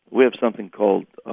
we have something called